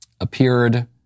appeared